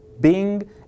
Bing